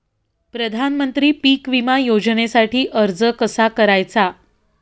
प्रधानमंत्री पीक विमा योजनेसाठी अर्ज कसा करायचा?